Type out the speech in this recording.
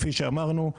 כפי שאמרנו,